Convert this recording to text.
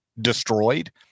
destroyed